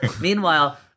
Meanwhile